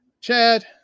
Chad